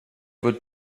would